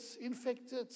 infected